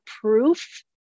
proof